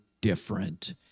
different